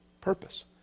purpose